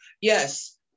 yes